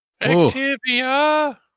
Activia